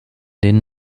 den